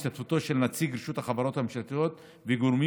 השתתפותו של נציג רשות החברות הממשלתיות וגורמים